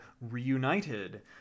reunited